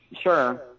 Sure